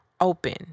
open